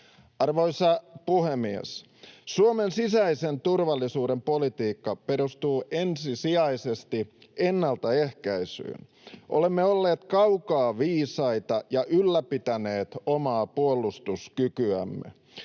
Arvoisa puhemies! Suomen sisäisen turvallisuuden politiikka perustuu ensisijaisesti ennaltaehkäisyyn. Olemme olleet kaukaa viisaita ja ylläpitäneet omaa puolustuskykyämme,